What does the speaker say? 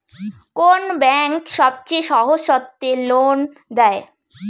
কোন ব্যাংক সবচেয়ে সহজ শর্তে লোন দেয়?